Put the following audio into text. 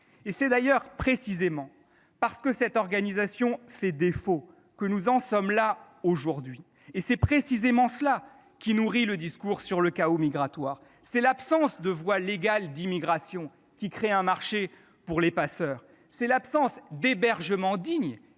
C’est d’ailleurs précisément parce que cette organisation fait défaut que nous en sommes là aujourd’hui. C’est précisément ce qui nourrit le discours sur le chaos migratoire : c’est l’absence de voie légale d’immigration qui crée un marché pour les passeurs ; c’est l’absence d’hébergements dignes